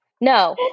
No